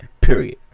period